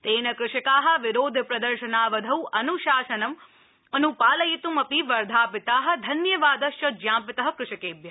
तेन कृषका विरोधप्रदर्शनावधौ अन्शासनम अन्पालयित्ं अपि वर्धापिता धन्यवादश्च ज्ञापित कृषकेभ्य